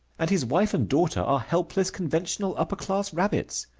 and his wife and daughter are helpless, conventional, upper-class rabbits.